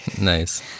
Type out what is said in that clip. Nice